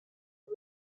and